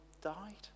died